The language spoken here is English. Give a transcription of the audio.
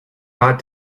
not